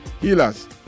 healers